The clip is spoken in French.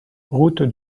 route